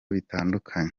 bitandukanye